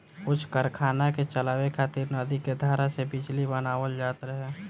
कुछ कारखाना के चलावे खातिर नदी के धारा से बिजली बनावल जात रहे